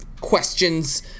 questions